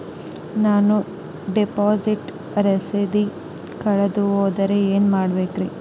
ನಾನು ಡಿಪಾಸಿಟ್ ರಸೇದಿ ಕಳೆದುಹೋದರೆ ಏನು ಮಾಡಬೇಕ್ರಿ?